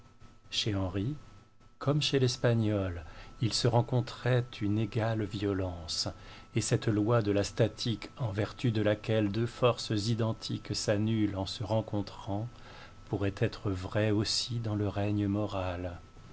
chez henri comme chez l'espagnole il se rencontrait une égale violence et cette loi de la statique en vertu de laquelle deux forces identiques s'annulent en se rencontrant pourrait être vraie aussi dans le règne moral